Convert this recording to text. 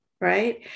Right